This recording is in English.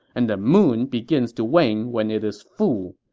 and the moon begins to wane when it is full.